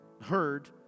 heard